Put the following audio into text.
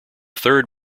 third